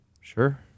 Sure